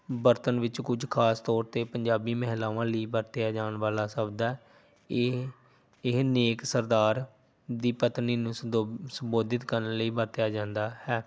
ਵਰਤਣ ਵਿੱਚ ਕੁਝ ਖ਼ਾਸ ਤੌਰ 'ਤੇ ਪੰਜਾਬੀ ਮਹਿਲਾਵਾਂ ਲਈ ਵਰਤਿਆ ਜਾਣ ਵਾਲਾ ਸ਼ਬਦ ਹੈ ਇਹ ਇਹ ਨੇਕ ਸਰਦਾਰ ਦੀ ਪਤਨੀ ਨੂੰ ਸੰਦੋ ਸੰਬੋਧਿਤ ਕਰਨ ਲਈ ਵਰਤਿਆ ਜਾਂਦਾ ਹੈ